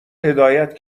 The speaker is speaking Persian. هدایت